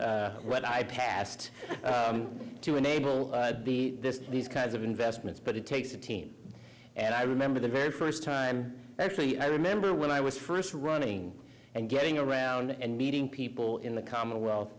what i passed to enable these kinds of investments but it takes a team and i remember the very first time actually i remember when i was first running and getting around and meeting people in the commonwealth